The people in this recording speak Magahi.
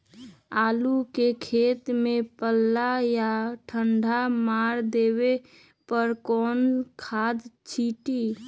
आलू के खेत में पल्ला या ठंडा मार देवे पर कौन खाद छींटी?